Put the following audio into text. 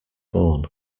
born